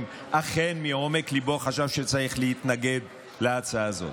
אכן חשב מעומק ליבו שצריך להתנגד להצעה הזאת.